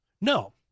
no